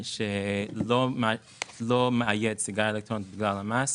שלא מאייד סיגריה אלקטרונית בגלל המס